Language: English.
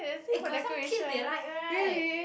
eh got some kids they like right